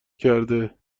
کرده